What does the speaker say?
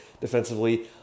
defensively